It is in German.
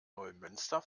neumünster